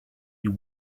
you